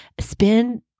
Spend